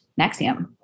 Nexium